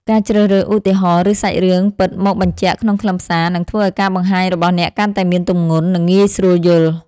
ការជ្រើសរើសឧទាហរណ៍ ឬសាច់រឿងពិតមកបញ្ជាក់ក្នុងខ្លឹមសារ នឹងធ្វើឱ្យការបង្ហាញរបស់អ្នកកាន់តែមានទម្ងន់ និងងាយស្រួលយល់។